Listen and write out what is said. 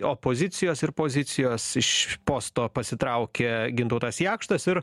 opozicijos ir pozicijos iš posto pasitraukė gintautas jakštas ir